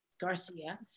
Garcia